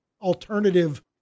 alternative